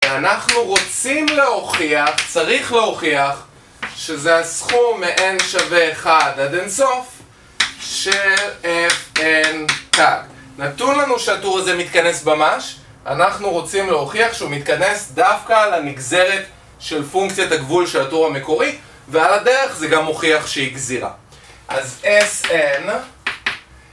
ואנחנו רוצים להוכיח, צריך להוכיח, שזה הסכום מ-n שווה 1 עד אינסוף של 'fn כך. נתון לנו שהתור הזה מתכנס במש, אנחנו רוצים להוכיח שהוא מתכנס דווקא על הנגזרת של פונקציית הגבול של התור המקורי, ועל הדרך זה גם מוכיח שהיא גזירה. אז s n...